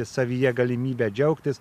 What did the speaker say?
savyje galimybę džiaugtis